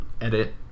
edit